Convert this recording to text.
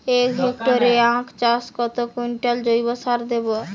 এক হেক্টরে আখ চাষে কত কুইন্টাল জৈবসার দেবো?